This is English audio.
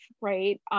right